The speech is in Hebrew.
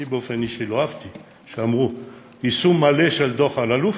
אני באופן אישי לא אהבתי שאמרו: יישום מלא של דוח אלאלוף,